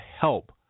help